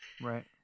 Right